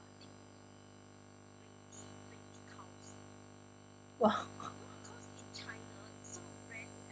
!wow!